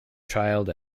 child